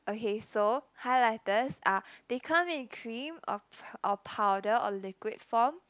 okay so highlighters are they come in cream or or powder or liquid form